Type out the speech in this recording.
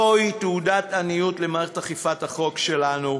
זוהי תעודת עניות למערכת אכיפת החוק שלנו,